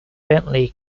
bentley